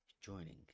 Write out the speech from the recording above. joining